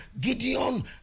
Gideon